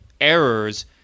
errors